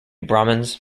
brahmins